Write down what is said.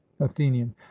athenian